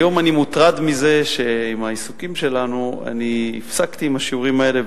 היום אני מוטרד מזה שעם העיסוקים שלנו הפסקתי עם השיעורים האלה,